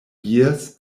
years